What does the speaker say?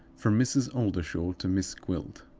from mrs. oldershaw to miss gwilt.